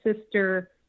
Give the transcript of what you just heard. sister